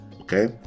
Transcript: okay